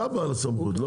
אתה בעל הסמכות.